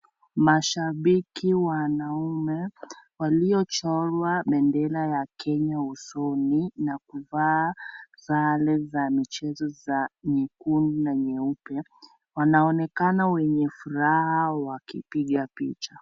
Mashabiki wanaume waliochorwa bendera ya Kenya usoni na kuvaa sare za mchezo za nyekundu na nyeupe, wanaonekana wenye furaha wakipiga picha.